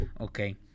Okay